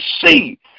see